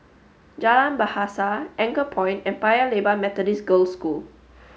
Jalan Bahasa Anchorpoint and Paya Lebar Methodist Girls' School